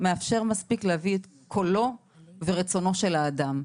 מאפשר מספיק להביא את קולו ורצונו של האדם.